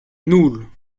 nan